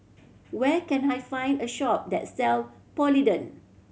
where can I find a shop that sell Polident